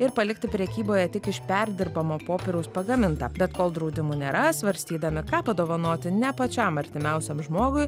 ir palikti prekyboje tik iš perdirbamo popieriaus pagamintą bet kol draudimų nėra svarstydami ką padovanoti ne pačiam artimiausiam žmogui